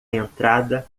entrada